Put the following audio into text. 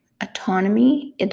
autonomy